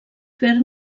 fer